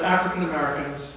African-Americans